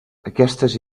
aquestes